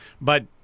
But-